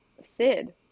Sid